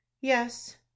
Yes